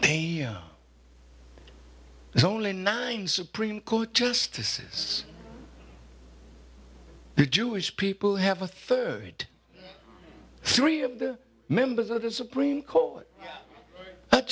he's only nine supreme court justices the jewish people have a third three of the members of the supreme court